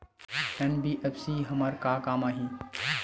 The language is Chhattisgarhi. एन.बी.एफ.सी हमर का काम आही?